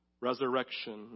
resurrection